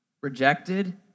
rejected